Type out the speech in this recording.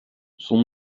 son